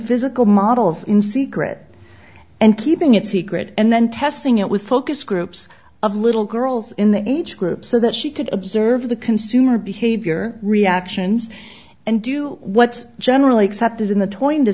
physical models in secret and keeping it secret and then testing it with focus groups of little girls in the age group so that she could observe the consumer behavior reactions and do what's generally a